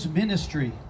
ministry